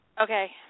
Okay